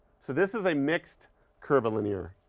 so this is a mixed curvilinear